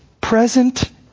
present